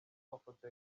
mafoto